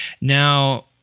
Now